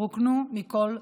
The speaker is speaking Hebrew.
רוקנו מכל תוכנם.